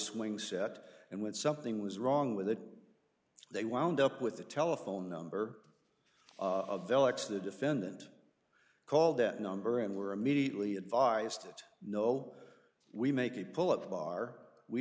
swing set and when something was wrong with it they wound up with the telephone number of billets the defendant called that number and were immediately advised that no we make the pull up bar we